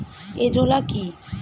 Azolla কি?